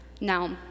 Now